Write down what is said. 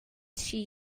she